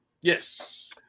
Yes